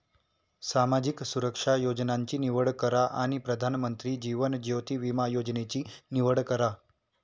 सामाजिक सुरक्षा योजनांची निवड करा आणि प्रधानमंत्री जीवन ज्योति विमा योजनेची निवड करा